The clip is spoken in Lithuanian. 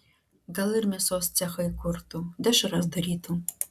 gal ir mėsos cechą įkurtų dešras darytų